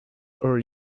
are